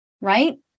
right